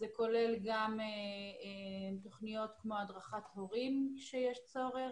זה כולל גם תוכניות כמו הדרכת הורים שיש צורך,